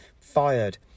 fired